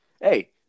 Hey